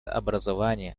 образование